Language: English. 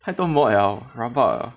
太多 mod 了 rabak